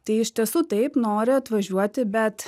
tai iš tiesų taip nori atvažiuoti bet